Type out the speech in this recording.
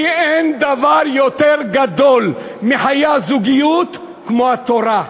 כי אין דבר יותר גדול מחיי הזוגיות לפי התורה.